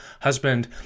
husband